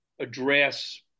address